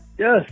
Yes